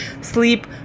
Sleep